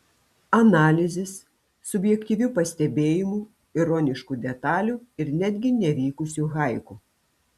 analizės subjektyvių pastebėjimų ironiškų detalių ir netgi nevykusių haiku